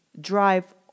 drive